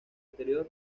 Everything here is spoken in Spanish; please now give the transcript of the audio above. anterior